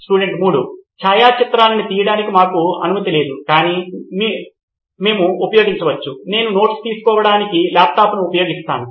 student 3 ఛాయాచిత్రాలను తీయడానికి మాకు అనుమతి లేదు కానీ మీరు ఉపయోగించవచ్చు నేను నోట్స్ తీసుకోవడానికి ల్యాప్టాప్ను ఉపయోగిస్తాను